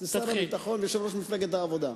זה שר הביטחון ויושב-ראש מפלגת העבודה.